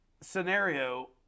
scenario